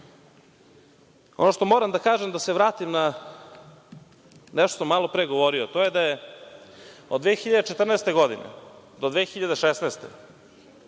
što moram da kažem, da se vratim na nešto što sam malopre govorio, to je da je od 2014. godine do 2016. godine